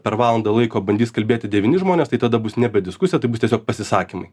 per valandą laiko bandys kalbėti devyni žmonės tai tada bus nebe diskusija tai bus tiesiog pasisakymai